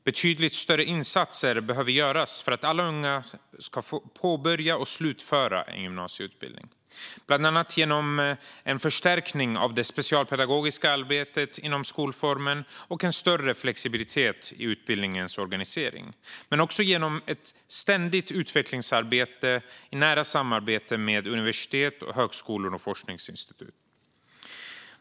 Betydligt större insatser behöver göras för att alla unga ska få påbörja och slutföra en gymnasieutbildning, bland annat genom en förstärkning av det specialpedagogiska arbetet inom skolformen och en större flexibilitet i utbildningens organisering men också genom ett ständigt utvecklingsarbete i nära samarbete med universitet, högskolor och forskningsinstitut.